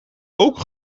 ook